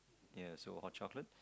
ya so hot chocolate